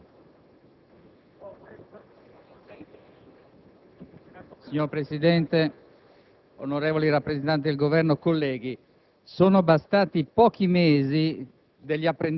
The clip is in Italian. Signor Presidente, onorevoli rappresentanti del Governo, colleghi,